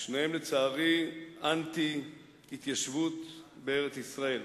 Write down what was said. שניהם לצערי אנטי התיישבות בארץ-ישראל.